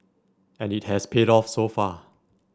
and it has paid off so far